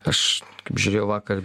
aš kaip žiūrėjau vakar